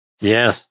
Yes